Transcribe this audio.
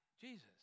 Jesus